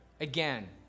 Again